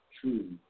True